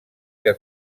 que